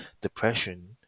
depression